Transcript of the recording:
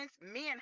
men